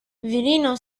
virino